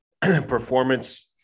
performance